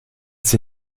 sie